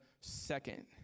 second